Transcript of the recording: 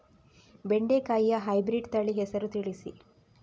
ಬೆಂಡೆಕಾಯಿಯ ಹೈಬ್ರಿಡ್ ತಳಿ ಹೆಸರು ತಿಳಿಸಿ?